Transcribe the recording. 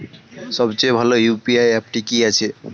সবচেয়ে ভালো ইউ.পি.আই অ্যাপটি কি আছে?